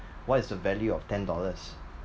what is the value of ten dollars